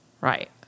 Right